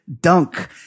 dunk